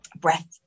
breath